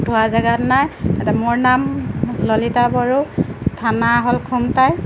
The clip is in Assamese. থোৱা জেগাত নাই এটা মোৰ নাম ললিতা বড়ো থানা হ'ল খুমটাই